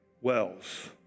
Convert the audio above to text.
wells